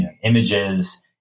images